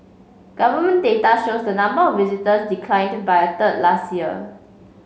government data shows the number of visitors declined by a third last year